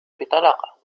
بطلاقة